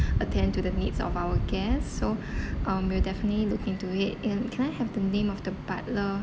attend to the needs of our guest so um we'll definitely look into it and can I have the name of the butler